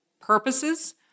purposes